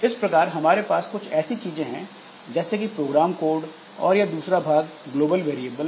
इस प्रकार हमारे पास कुछ चीजें हैं जैसे कि प्रोग्राम कोड और यह दूसरा भाग ग्लोबल वेरिएबल